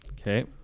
Okay